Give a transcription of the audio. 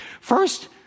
first